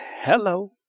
Hello